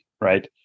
Right